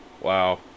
Wow